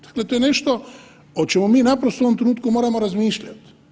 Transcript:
Dakle, to je nešto o čemu mi naprosto u ovom trenutku moramo razmišljati.